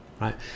right